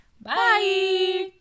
bye